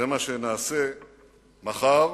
זה מה שנעשה מחר